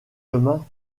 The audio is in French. demain